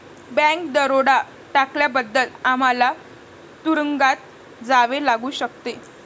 bank दरोडा टाकल्याबद्दल आम्हाला तुरूंगात जावे लागू शकते